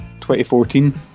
2014